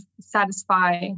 satisfy